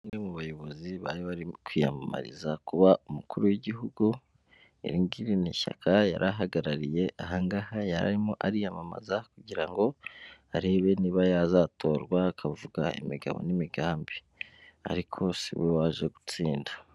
Bamwe mu bayobozi bari bari kwiyamamariza kuba umukuru w'igihugu, iri ngiri ni ishyaka yari ahagarariye, aha ngaha yari arimo ariyamamaza kugira ngo arebe niba yazatorwa, akavuga imigabo n'imigambi, ariko siwe waje gutsinda.